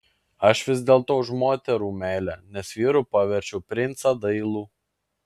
aš vis dėlto už moterų meilę nes vyru paverčiau princą dailų